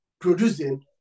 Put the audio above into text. producing